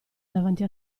davanti